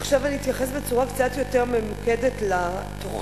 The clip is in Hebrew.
עכשיו אני אתייחס בצורה קצת יותר ממוקדת לתוכנית